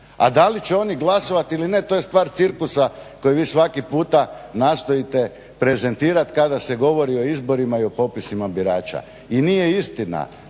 a da li će oni glasovat ili ne, to je stvar cirkusa koji vi svaki puta nastojite prezentirat kada se govori o izborima i o popisima birača. I nije istina